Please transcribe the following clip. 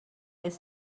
its